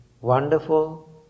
wonderful